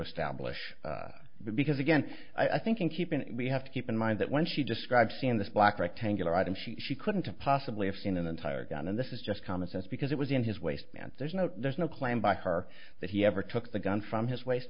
establish because again i think in keeping it we have to keep in mind that when she describes seeing this black rectangular item she she couldn't possibly have seen an entire gun and this is just common sense because it was in his waistband there's no there's no claim by her that he ever took the gun from his waist